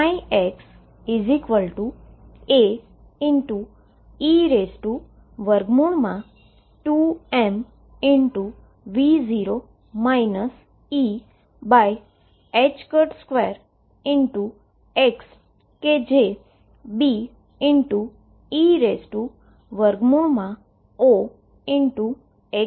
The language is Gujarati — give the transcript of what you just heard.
તો xL2 માટે xAe2m2x કે જે તે Be √x બરાબર છે